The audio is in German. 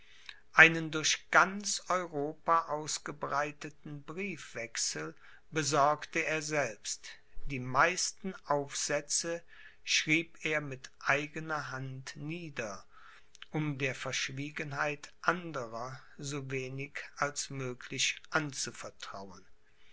einen durch ganz europa ausgebreiteten briefwechsel besorgte er selbst die meisten aufsätze schrieb er mit eigener hand nieder um der verschwiegenheit anderer so wenig als möglich anzuvertrauen